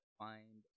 find